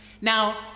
Now